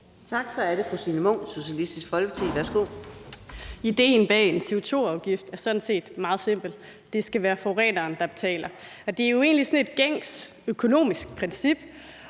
Så er det fru Signe Munk, Socialistisk Folkeparti. Værsgo.